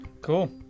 Cool